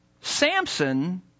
Samson